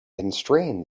constrain